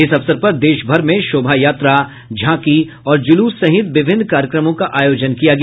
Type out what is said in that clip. इस अवसर पर देशभर में शोभा यात्रा झांकी और जुलूस सहित विभिन्न कार्यक्रमों का आयोजन किया गया